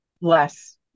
less